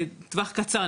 טווח קצר,